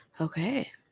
Okay